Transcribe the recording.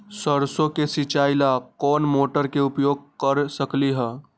सरसों के सिचाई ला कोंन मोटर के उपयोग कर सकली ह?